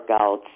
workouts